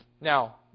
Now